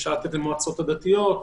ואפשר לתת למועצות הדתיות,